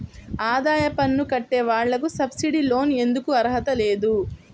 ఆదాయ పన్ను కట్టే వాళ్లకు సబ్సిడీ లోన్ ఎందుకు అర్హత లేదు?